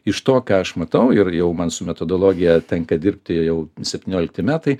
iš to ką aš matau ir jau man su metodologija tenka dirbti jau septyniolikti metai